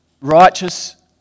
righteous